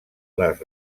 les